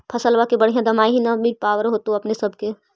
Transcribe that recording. फसलबा के बढ़िया दमाहि न मिल पाबर होतो अपने सब के?